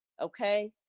okay